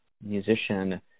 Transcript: musician